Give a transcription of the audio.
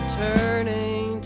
turning